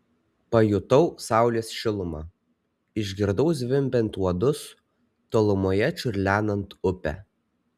pajutau saulės šilumą išgirdau zvimbiant uodus tolumoje čiurlenant upę